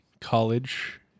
college